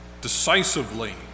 decisively